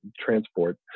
transport